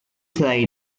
played